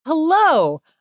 Hello